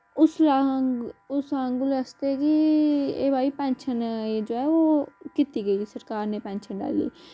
उस उस आगुल आस्तै की एह् भई पेंशन जो है वो कित्ती गई सरकार ने पेंशन लाई